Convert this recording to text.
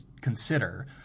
consider